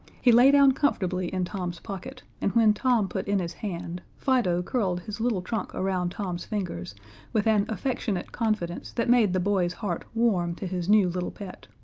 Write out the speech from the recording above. he lay down comfortably in tom's pocket, and when tom put in his hand, fido curled his little trunk around tom's fingers with an affectionate confidence that made the boy's heart warm to his new little pet.